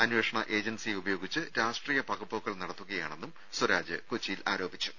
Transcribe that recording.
അന്വേഷണ ഏജൻസിയെ ഉപയോഗിച്ച് രാഷ്ട്രീയ പകപോക്കൽ നടത്തുകയാണെന്നും സ്വരാജ് കൊച്ചിയിൽ പറഞ്ഞു